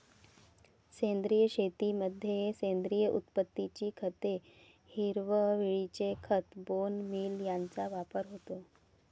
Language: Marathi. सेंद्रिय शेतीमध्ये सेंद्रिय उत्पत्तीची खते, हिरवळीचे खत, बोन मील यांचा वापर होतो